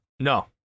No